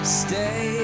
stay